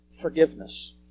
forgiveness